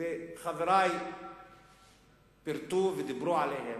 חברי פירטו ודיברו עליהן,